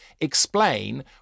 explain